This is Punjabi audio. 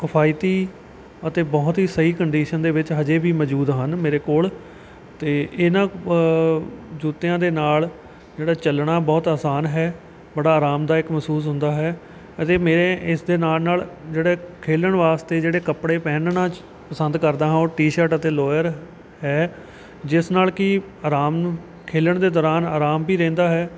ਕਿਫਾਇਤੀ ਅਤੇ ਬਹੁਤ ਹੀ ਸਹੀ ਕੰਡੀਸ਼ਨ ਦੇ ਵਿੱਚ ਅਜੇ ਵੀ ਮੌਜੂਦ ਹਨ ਮੇਰੇ ਕੋਲ ਅਤੇ ਇਹਨਾਂ ਜੁੱਤਿਆਂ ਦੇ ਨਾਲ ਜਿਹੜਾ ਚੱਲਣਾ ਬਹੁਤ ਆਸਾਨ ਹੈ ਬੜਾ ਅਰਾਮਦਾਇਕ ਮਹਿਸੂਸ ਹੁੰਦਾ ਹੈ ਅਤੇ ਮੇਰੇ ਇਸ ਦੇ ਨਾਲ ਨਾਲ ਜਿਹੜੇ ਖੇਡਣ ਵਾਸਤੇ ਜਿਹੜੇ ਕੱਪੜੇ ਪਹਿਨਣਾ ਪਸੰਦ ਕਰਦਾ ਹਾਂ ਉਹ ਟੀ ਸ਼ਰਟ ਅਤੇ ਲੋਅਰ ਹੈ ਜਿਸ ਨਾਲ ਕਿ ਆਰਾਮ ਨੂੰ ਖੇਡਣ ਦੇ ਦੌਰਾਨ ਆਰਾਮ ਵੀ ਰਹਿੰਦਾ ਹੈ